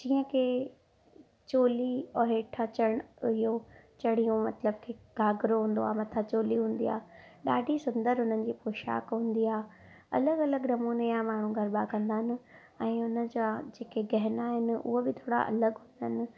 जीअं की चोली ऐं हेठा चरण ओ इहो चढियो मतिलबु की घाघरो हूंदो आहे चोली हूंदी आहे ॾाढी सुंदर उन्हनि जी पोशाक हूंदी आहे अलॻि अलॻि नमूने जा माण्हू गरभा कंदा आहिनि ऐं उन जा जेके गहना आहिनि हूअ बि थोरा अलॻि ऐं